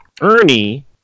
Ernie